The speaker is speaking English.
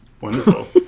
Wonderful